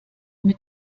mit